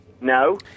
No